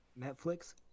Netflix